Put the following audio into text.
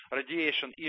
radiation